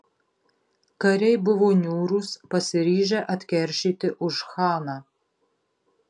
kariai buvo niūrūs pasiryžę atkeršyti už chaną